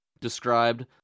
described